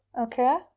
Okay